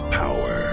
power